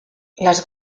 les